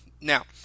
Now